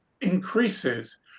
increases